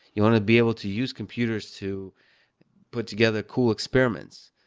you want to be able to use computers to put together cool experiments.